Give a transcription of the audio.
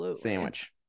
Sandwich